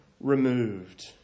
removed